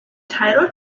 title